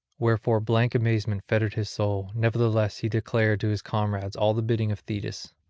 wherefore blank amazement fettered his soul nevertheless he declared to his comrades all the bidding of thetis.